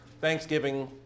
Thanksgiving